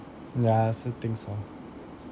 ya I also think so